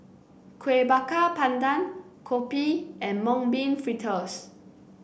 Kuih Bakar Pandan Kopi and Mung Bean Fritters